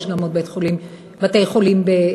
יש גם בתי-חולים בחיפה.